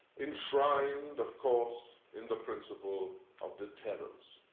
enshrined, of course, in the principle of deterrence.